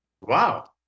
Wow